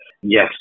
yes